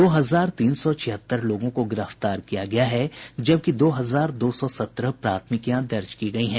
दो हजार तीन सौ छिहत्तर लोगों को गिरफ्तार किया गया है जबकि दो हजार दो सौ सत्रह प्राथमिकियां दर्ज की गयी हैं